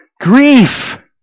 Grief